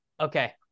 okay